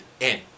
end